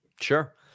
Sure